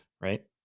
Right